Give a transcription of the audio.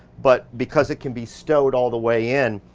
but because it can be stowed all the way in,